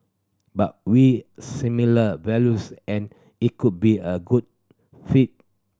but we similar values and it could be a good fit